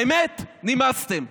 האמת, נמאסתם.